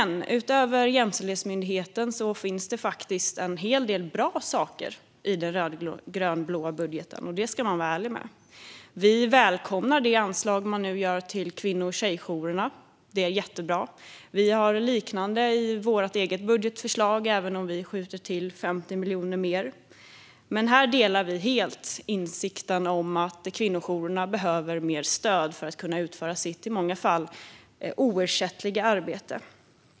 Utöver Jämställdhetsmyndigheten finns det faktiskt en hel del bra saker i den rödgrönblå budgeten. Det ska man vara ärlig med. Vi välkomnar det anslag man nu ger till kvinno och tjejjourerna. Det är jättebra. Vi har något liknande i vårt eget budgetförslag, även om vi skjuter till 50 miljoner mer. Här delar vi helt insikten att kvinnojourerna behöver mer stöd för att kunna utföra sitt i många fall oersättliga arbete.